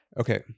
okay